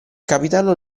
capitano